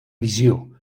visió